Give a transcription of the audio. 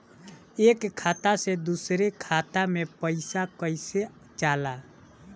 एक खाता से दूसर खाता मे पैसा कईसे जाला?